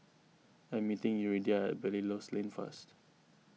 I am meeting Yuridia at Belilios Lane first